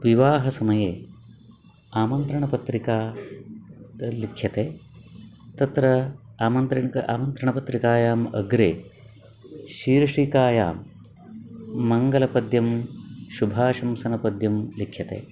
विवाहसमये आमन्त्रणपत्रिका लिख्यते तत्र आमन्त्रणिक आमन्त्रणपत्रिकायाम् अग्रे शीर्षिकायां मङ्गलपद्यं शुभाशंसनपद्यं लिख्यते